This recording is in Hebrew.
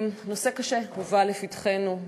נושא קשה הובא לפתחנו.